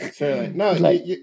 No